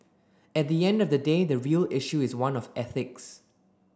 at the end of the day the real issue is one of ethics